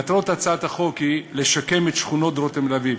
מטרת הצעת החוק היא לשקם את שכונות דרום תל-אביב